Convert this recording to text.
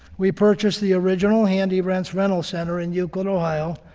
we purchased the original handy rents rental center in euclid, ohio,